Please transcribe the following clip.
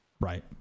Right